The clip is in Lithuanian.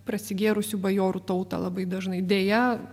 prasigėrusių bajorų tautą labai dažnai deja